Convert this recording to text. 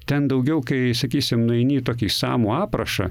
ten daugiau kai sakysim nueini į tokį išsamų aprašą